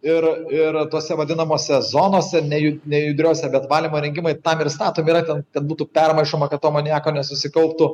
ir ir tose vadinamose zonose neju nejudriose bet valymo įrengimai tam ir statomi yra tam kad būtų permaišoma kad to amoniako nesusikauptų